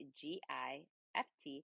g-i-f-t